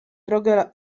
drogę